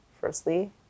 firstly